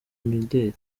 imideri